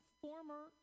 former